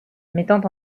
mettant